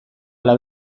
ala